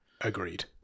agreed